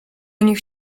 nich